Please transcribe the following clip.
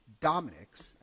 Dominic's